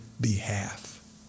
behalf